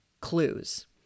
clues